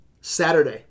Saturday